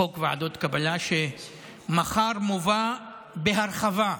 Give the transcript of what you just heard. שמחר מובא בהרחבה.